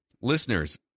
Listeners